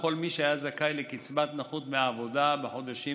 לכל מי שהיה זכאי לקצבת נכות מעבודה בחודשים